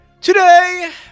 today